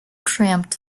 cramped